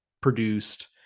produced